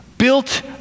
built